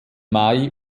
mai